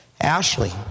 Ashley